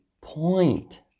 point